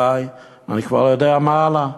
אני כבר לא יודע מה הלאה.